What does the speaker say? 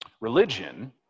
Religion